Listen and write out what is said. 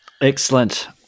Excellent